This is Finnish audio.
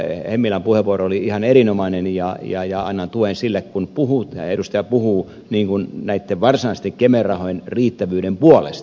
hemmilän puheenvuoro oli ihan erinomainen ja annan tuen sille kun edustaja puhuu näitten varsinaisten kemera rahojen riittävyyden puolesta